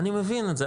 אני מבין את זה,